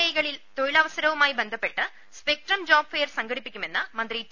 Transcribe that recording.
ഐകളിൽ തൊഴിലവസരവുമായി ബന്ധപ്പെട്ട് spectrum job fair സംഘടിപ്പിക്കുമെന്ന് മന്ത്രി ടി